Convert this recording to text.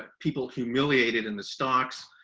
ah people humiliated in the stocks,